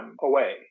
away